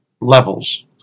levels